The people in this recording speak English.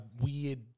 weird